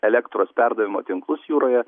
elektros perdavimo tinklus jūroje